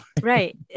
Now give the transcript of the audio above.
Right